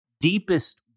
deepest